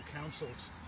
councils